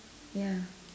ya